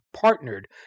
partnered